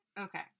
Okay